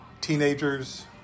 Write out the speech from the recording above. teenagers